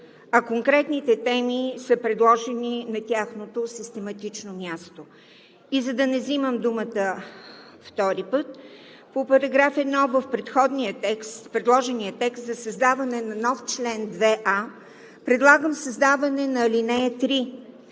а конкретните теми са предложени на тяхното систематично място. За да не взимам думата втори път по § 1, в предложения текст за създаване на нов член 2а предлагам създаване на ал. 3,